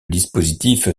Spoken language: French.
dispositif